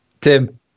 Tim